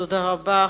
תודה רבה.